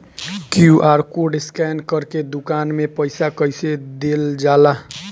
QR code scan करके दुकान में पईसा कइसे देल जाला?